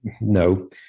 no